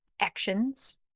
actions